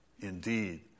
Indeed